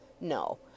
No